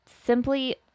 simply